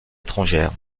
étrangère